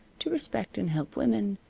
to respect and help women,